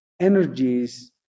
energies